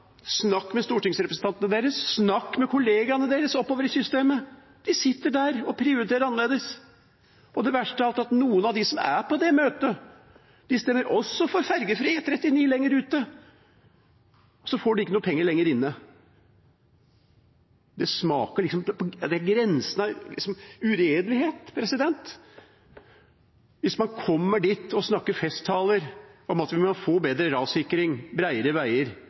snakk med stortingsrepresentantene deres, snakk med kollegaene deres oppover i systemet. De sitter der og prioriterer annerledes. Og det verste er at noen av dem som er på det møtet, stemmer også for fergefri E39 lenger ute, og så får de ikke noen penger lenger inne. Det er på grensen til uredelighet hvis man kommer dit og snakker i festtaler om at man får bedre rassikring og bredere veier